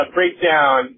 Breakdown